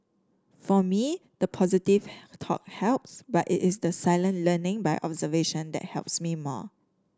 for me the positive talk helps but it is the silent learning by observation that helps me more